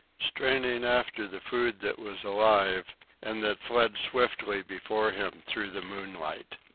straining after the food that was alive and that fled swiftly before him through the moonlight.